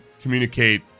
communicate